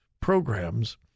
programs